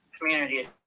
community